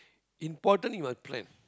important you must plan